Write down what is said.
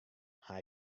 haw